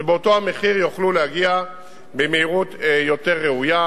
שבאותו המחיר יוכלו להגיע במהירות יותר ראויה.